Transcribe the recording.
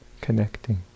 connecting